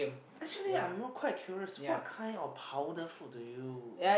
actually I'm more quite curious what kind of powder food do you